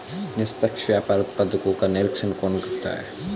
निष्पक्ष व्यापार उत्पादकों का निरीक्षण कौन करता है?